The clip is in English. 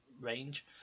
range